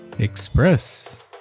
express